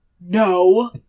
No